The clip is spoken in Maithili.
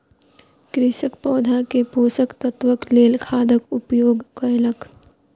कृषक पौधा के पोषक तत्वक लेल खादक उपयोग कयलक